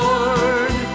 Lord